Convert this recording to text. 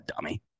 dummy